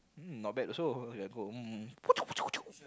mm not bad also